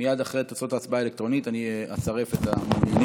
מייד אחרי תוצאות ההצבעה האלקטרונית אני אצרף את המעוניינים.